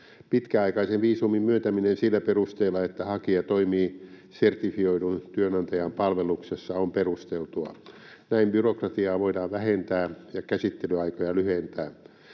Pitkäaikaisen viisumin myöntäminen sillä perusteella, että hakija toimi sertifioidun työnantajan palveluksessa, on perusteltua. Näin byrokratiaa voidaan vähentää ja käsittelyaikoja lyhentää.